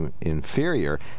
inferior